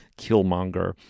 Killmonger